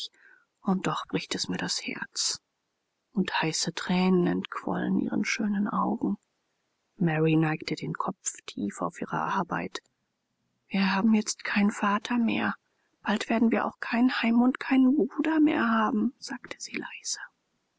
und doch bricht es mir das herz und heiße thränen entquollen ihren schönen augen mary neigte den kopf tief auf ihre arbeit wir haben jetzt keinen vater mehr bald werden wir auch kein heim und keinen bruder mehr haben sagte sie leise